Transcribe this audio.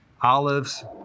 Olives